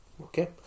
Okay